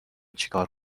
چیکار